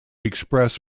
express